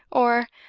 or,